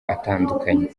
atandukanye